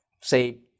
say